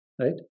Right